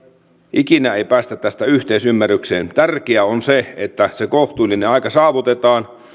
ikinä ei päästä tästä yhteisymmärrykseen tärkeää on se että se kohtuullinen aika saavutetaan